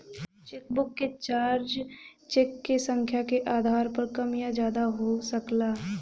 chequebook क charge cheque क संख्या के आधार पर कम या ज्यादा हो सकला